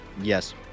yes